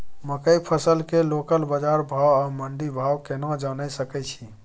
मकई फसल के लोकल बाजार भाव आ मंडी भाव केना जानय सकै छी?